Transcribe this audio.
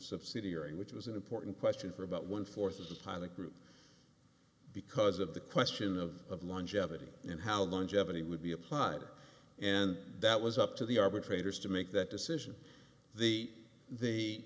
in which was an important question for about one fourth of the pilot group because of the question of longevity and how longevity would be applied and that was up to the arbitrators to make that decision the the